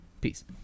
Peace